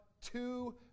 two